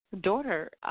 daughter